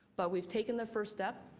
but we have taken the first step.